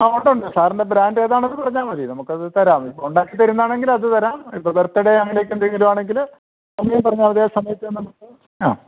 ആ ഉണ്ട് ഉണ്ട് സാറിൻ്റെ ബ്രാൻഡ് ഏതാണെന്ന് പറഞ്ഞാൽ മതി നമുക്ക് അത് തരാം ഉണ്ടാക്കി തരുന്നതാണെങ്കിൽ അത് തരാം ഇപ്പൊൾ ബർത്ത്ഡേ അങ്ങനെയൊക്കെ എന്തെങ്കിലും ആണെങ്കിൽ സമയം പറഞ്ഞാൽ മതി ആ സമയത്തിന് നമുക്ക് ആ